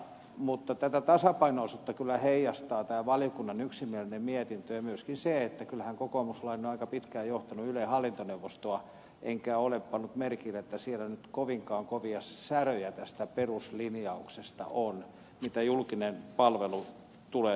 mutta tätä tasapainoisuutta kyllä heijastaa tämä valiokunnan yksimielinen mietintö ja myöskin se että kyllähän kokoomuslainen on aika pitkään johtanut ylen hallintoneuvostoa enkä ole pannut merkille että siellä nyt kovinkaan kovia säröjä tästä peruslinjauksesta on mitä julkisen palvelun tulee tarjota